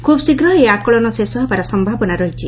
ଖୁବ୍ ଶୀଘ୍ର ଏହି ଆକଳନ ଶେଷ ହେବାର ସୟାବନା ଅଛି